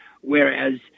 whereas